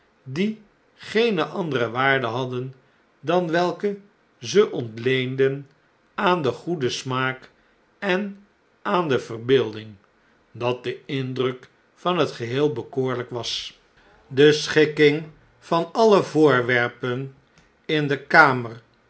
die geene andere waarde hadden dan welke ze ontleenden aan den goeden smaak en aan de verbeelding dat de indruk van het geheel bekoorlp was de schikking van alle voorwerpen in de kamer